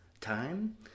time